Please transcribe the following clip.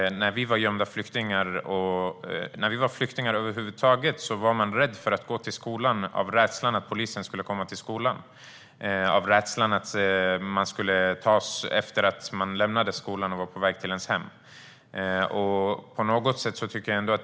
När vi var flyktingar var vi rädda för att gå till skolan. Vi var rädda för att polisen skulle komma till skolan eller att vi skulle tas när vi var på hemväg efter skolan.